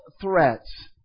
threats